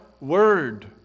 word